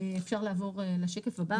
אפשר לעבור לשקף הבא.